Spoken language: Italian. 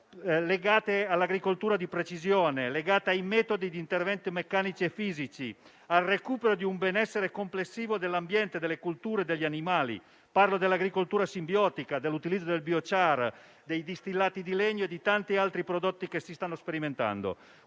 legate all'agricoltura di precisione, legate ai metodi di intervento meccanici e fisici, al recupero di un benessere complessivo dell'ambiente, delle colture e degli animali. Parlo dell'agricoltura simbiotica, dell'utilizzo del *biochar*, dei distillati di legno e di tanti altri prodotti che si stanno sperimentando.